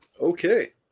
Okay